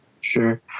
Sure